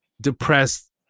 depressed